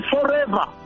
forever